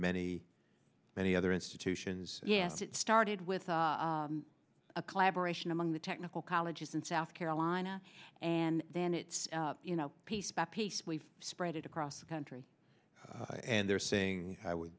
many many other institutions yes it started with a collaboration among the technical colleges in south carolina and then it's you know piece by piece we've spread it across the country and they're saying i would